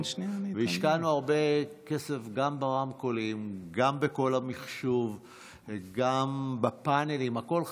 השקענו הרבה כסף גם ברמקולים וגם בכל המחשוב,